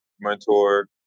mentor